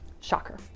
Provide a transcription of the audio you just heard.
Shocker